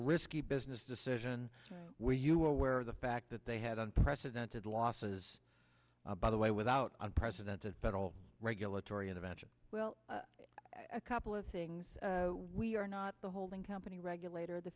risky business decision where you were aware of the fact that they had unprecedented losses by the way without unprecedented federal regulatory intervention well a couple of things we are not the holding company regulator the